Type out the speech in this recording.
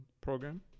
program